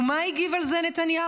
ומה הגיב על זה נתניהו?